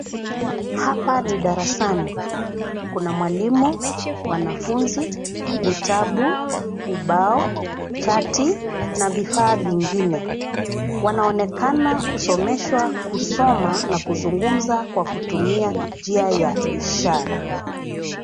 Hapa ni darasani. Kuna mwalimu, wanafunzi, vitabu, ubao, chati na vifaa vingine. Wanaonekana kusomeshwa, kusoma, kuzugumza na kutumia njia ya ishara.